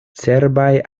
cerbaj